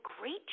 great